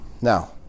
Now